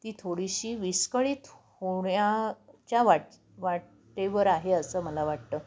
ती थोडीशी विस्कळीत होण्याच्या वा वाटेवर आहे असं मला वाटतं